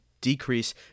decrease